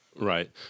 Right